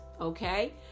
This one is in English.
okay